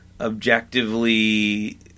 objectively